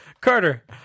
Carter